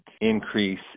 increase